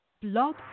Blog